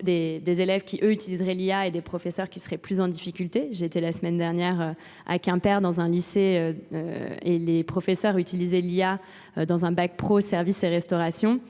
des élèves qui eux utiliseraient l'IA et des professeurs qui seraient plus en difficulté. J'étais la semaine dernière à Quimper dans un lycée et les professeurs utilisaient l'IA dans un bac pro service et restauration